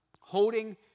Holding